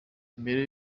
mbere